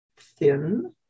thin